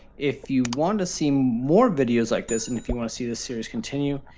if you want to see more videos like this and if you want to see this series continue,